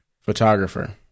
Photographer